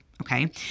okay